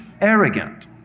arrogant